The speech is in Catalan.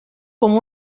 com